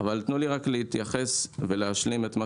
אבל תנו לי רק להתייחס ולהשלים את מה